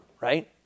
right